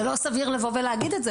זה לא סביר לבוא ולהגיד את זה,